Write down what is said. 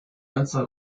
anzahl